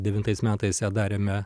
devintais metais ją darėme